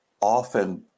often